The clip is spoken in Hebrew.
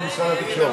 לא ממשרד התקשורת.